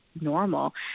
normal